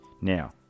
Now